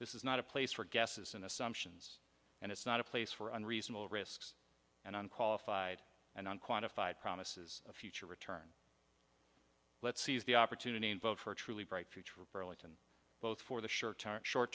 this is not a place for guesses and assumptions and it's not a place for unreasonable risks and unqualified and unquantified promises a future return let's see is the opportunity to vote for a truly bright future for burlington both for the short term short